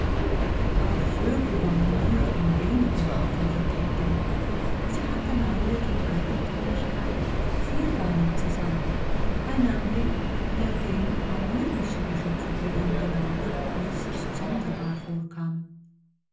auch vögel waren nur in wenigen arten vertreten sie hatten alle die eigentümlichkeit vierbeinig zu sein ein anblick der den an irdische geschöpfe gewöhnten augen äußerst sonderbar vorkam